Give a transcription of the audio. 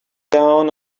down